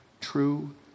true